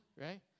right